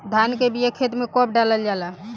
धान के बिया खेत में कब डालल जाला?